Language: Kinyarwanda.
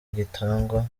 gitangwa